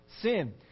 sin